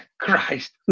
Christ